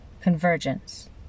Convergence